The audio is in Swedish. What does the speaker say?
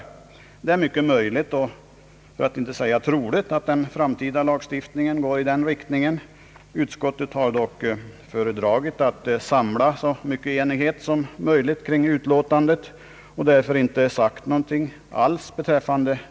Det är mycket möjligt, för att inte säga troligt, att den framtida lagstiftningen går i den riktningen. Utskottet har dock föredragit att samla så mycket enighet som möjligt kring utlåtandet och har därför inte sagt något alls i denna fråga.